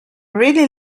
really